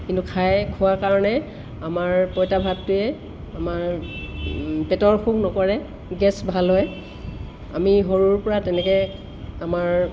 কিন্তু খায় খোৱাৰ কাৰণে আমাৰ পঁইটা ভাতটোৱে আমাৰ পেটৰ অসুখ নকৰে গেছ ভাল হয় আমি সৰুৰ পৰা তেনেকৈ আমাৰ